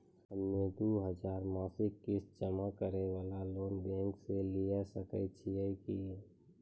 हम्मय दो हजार मासिक किस्त जमा करे वाला लोन बैंक से लिये सकय छियै की?